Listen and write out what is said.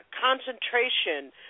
concentration